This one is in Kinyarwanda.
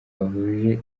bahuje